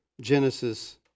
Genesis